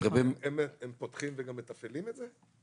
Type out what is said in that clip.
הם פותחים וגם מתפעלים את זה?